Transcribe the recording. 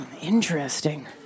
Interesting